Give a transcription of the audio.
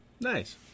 Nice